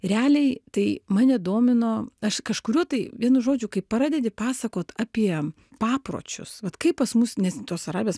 realiai tai mane domino aš kažkuriuo tai vienu žodžiu kai pradedi pasakot apie papročius vat kaip pas mus nes tos arabės